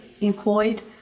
employed